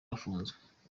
arafunzwe